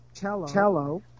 cello